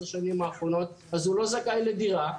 שנים האחרונות אז הוא לא זכאי לדירה'.